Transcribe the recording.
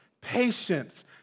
patience